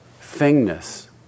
thingness